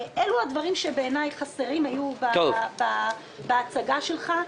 אלו הדברים שבעיניי חסרים היו בהצגה שלך.